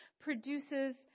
produces